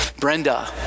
Brenda